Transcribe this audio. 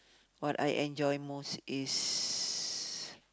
what I enjoy most is